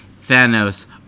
Thanos